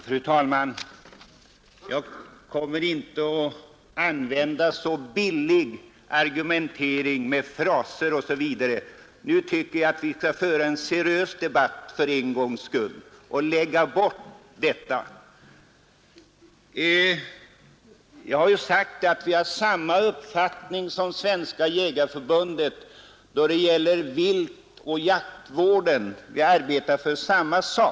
Fru talman! Jag kommer inte att använda en så billig argumentering och sådana fraser som vi just hört prov på. Jag tycker att vi för en gångs skull skall föra en seriös debatt och undvika sådana inslag. Jag har ju sagt att vi har samma uppfattning som Svenska jägareförbundet då det gäller viltoch jaktvården. Vi arbetar för samma ändamål.